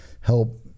help